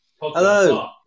Hello